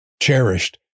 cherished